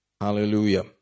Hallelujah